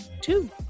two